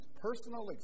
personal